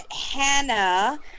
Hannah